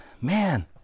man